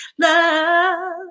love